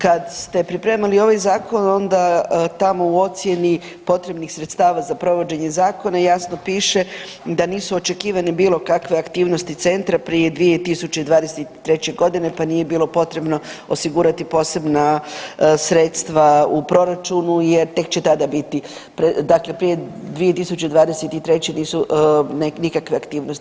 Kad ste pripremali ovaj zakon onda tamo u ocijeni potrebnih sredstava za provođenje zakona jasno piše da nisu očekivane bilo kakve aktivnosti centra prije 2023. godine pa nije bilo potrebno osigurati posebna sredstva u proračunu jer tek će tada biti, dakle prije 2023. nisu nikakve aktivnosti.